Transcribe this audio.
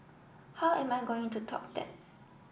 how am I going to top that